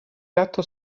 gatto